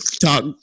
talk